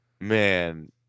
man